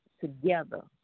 together